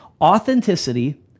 Authenticity